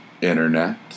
Internet